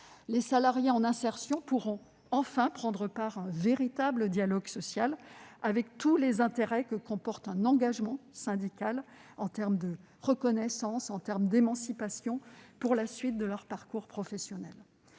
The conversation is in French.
Les salariés en insertion pourront, enfin, prendre part à un véritable dialogue social, avec tous les intérêts que comporte un engagement syndical en termes de reconnaissance et d'émancipation pour la suite de leur parcours professionnel.